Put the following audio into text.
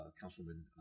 councilman